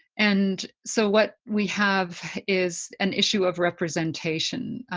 and so what we have is an issue of representation.